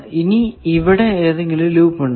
ഇനി ഇവിടെ ഏതെങ്കിലും ലൂപ്പ് ഉണ്ടോ